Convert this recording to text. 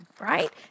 right